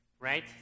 right